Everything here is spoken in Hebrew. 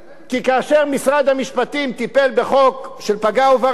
כי כאשר משרד המשפטים טיפל בחוק של פגע-וברח,